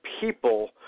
people